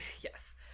Yes